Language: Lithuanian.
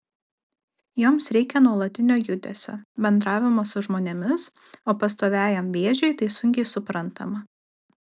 joms reikia nuolatinio judesio bendravimo su žmonėmis o pastoviajam vėžiui tai sunkiai suprantama